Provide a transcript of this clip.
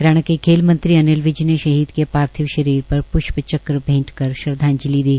हरियाणा के खेल मंत्री अनिल विज ने शहीद के पार्थिव शरीर पर प्ष्प चक्र भेंट कर श्रद्वाजंलि दी